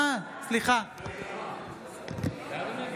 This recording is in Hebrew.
בעד אליהו ברוכי,